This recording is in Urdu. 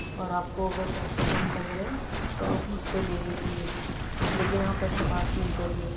اور آپ کو اگر پیسے کم لگ رہے ہیں تو آپ مجھ سے لے لیجئے لیکن آپ ایسے بات نہیں کریئے